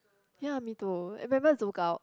ya me too eh remember zouk-out